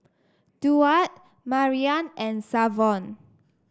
Duard Maryann and Savon